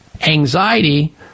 anxiety